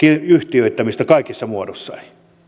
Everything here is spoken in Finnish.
yhtiöittämistä kaikissa muodoissaan